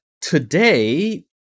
today